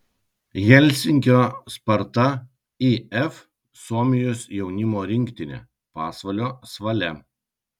helsinkio sparta if suomijos jaunimo rinktinė pasvalio svalia